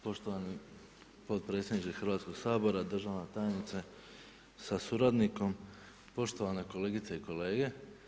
Poštovani potpredsjedniče Hrvatskog sabora, državna tajnice sa suradnikom, poštovani kolegice i kolege.